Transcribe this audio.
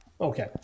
okay